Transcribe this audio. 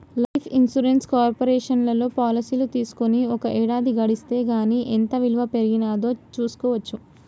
life insurance కార్పొరేషన్లో పాలసీలు తీసుకొని ఒక ఏడాది గడిస్తే గానీ ఎంత ఇలువ పెరిగినాదో చూస్కోవచ్చు